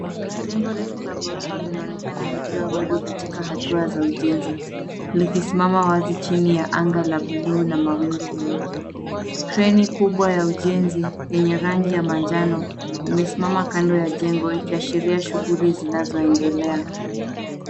Jengo refu la ghorofa linaonekana likiwa bado katika hatua za ujenzi likisimama wazi chini ya anga ya blue la mawingu meupe .Kreni kubwa ya ujenzi yenye rangi ya manjano limesimama kando ya jengo likiashiria shughuli zinazoendelea.